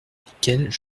lesquelles